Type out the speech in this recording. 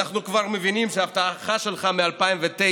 אנחנו כבר מבינים שאת ההבטחה שלך מ-2009,